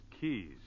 keys